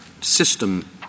system